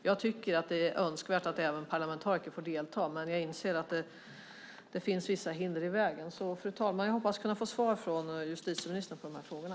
Jag tycker att det är önskvärt att även parlamentariker får delta, men jag inser att det finns vissa hinder i vägen. Fru talman! Jag hoppas kunna få svar från justitieministern på frågorna.